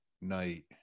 night